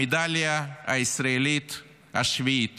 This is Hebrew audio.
המדליה הישראלית השביעית